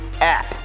app